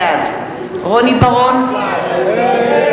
בעד נגד, נגד.